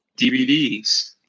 DVDs